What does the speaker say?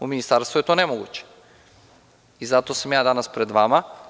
U ministarstvu je to nemoguće i zato sam ja danas pred vama.